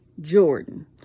Jordan